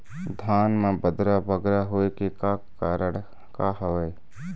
धान म बदरा बगरा होय के का कारण का हवए?